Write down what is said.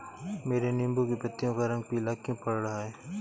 मेरे नींबू की पत्तियों का रंग पीला क्यो पड़ रहा है?